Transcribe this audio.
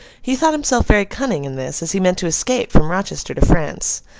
he thought himself very cunning in this, as he meant to escape from rochester to france.